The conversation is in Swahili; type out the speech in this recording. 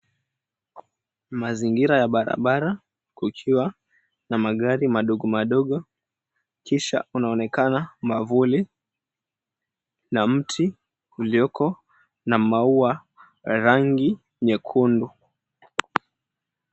Mazingira ya barabara kukiwa na magari madogo madogo kisha unaonekana mavuli na mti ulioko na maua rangi nyekundu.